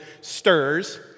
stirs